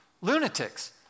lunatics